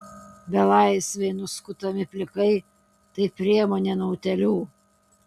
belaisviai nuskutami plikai tai priemonė nuo utėlių